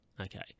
okay